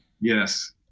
Yes